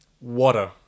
water